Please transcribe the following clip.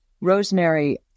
Rosemary